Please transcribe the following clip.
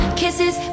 kisses